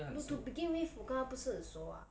to begin with 我跟她不是很熟 ah